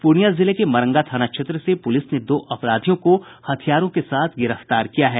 पूर्णिया जिले के मरंगा थाना क्षेत्र से पुलिस ने दो अपराधियों को हथियारों के साथ गिरफ्तार किया है